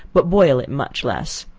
but boil it much less.